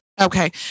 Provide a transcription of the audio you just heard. okay